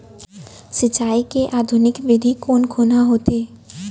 सिंचाई के आधुनिक विधि कोन कोन ह होथे?